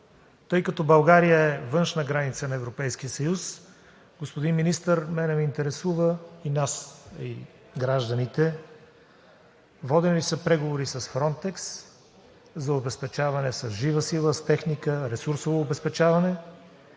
Тъй като България е външна граница на Европейския съюз, господин Министър, мен ме интересува – и нас, и гражданите, водени ли са преговори с „Фронтекс“ за обезпечаване с жива сила, с техника, ресурсово обезпечаване?